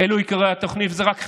אלו עיקרי התוכנית, וזה רק חלק.